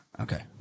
Okay